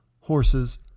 horses